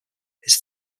his